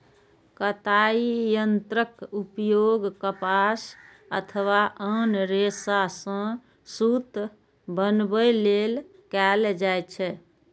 कताइ यंत्रक उपयोग कपास अथवा आन रेशा सं सूत बनबै लेल कैल जाइ छै